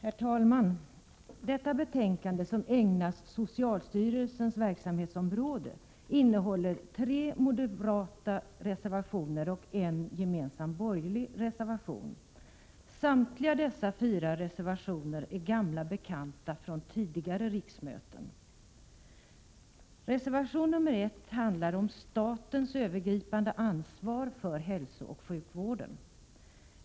Herr talman! Detta betänkande, som ägnas socialstyrelsens verksamhetsområde, innehåller tre moderata reservationer och en gemensam borgerlig reservation. Samtliga dessa fyra reservationer är gamla bekanta från tidigare riksmöten. Reservation nr 1 handlar om statens övergripande ansvar för hälsooch sjukvården.